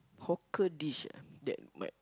hawker dish ah that might